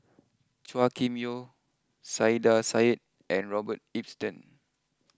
Chua Kim Yeow Saiedah Said and Robert Ibbetson